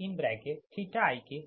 ik ik हैं